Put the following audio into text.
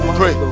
pray